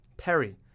Perry